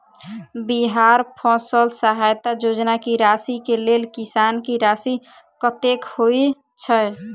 बिहार फसल सहायता योजना की राशि केँ लेल किसान की राशि कतेक होए छै?